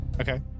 Okay